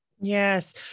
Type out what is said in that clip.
Yes